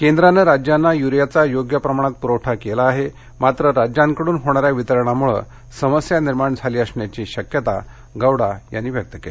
केंद्रानं राज्यांना यूरियाचा योग्य प्रमाणात पुरवठा केला आहे मात्र राज्यांकडून होणा या वितरणामुळे समस्या निर्माण झाली असण्याची शक्यता गौडा यांनी व्यक्त केली